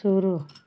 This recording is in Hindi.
शुरू